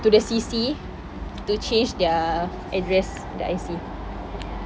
to the C_C to change their address their I_C